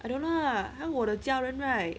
I don't know lah 还有我的家人 right